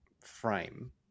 frame